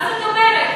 מה זאת אומרת?